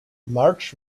march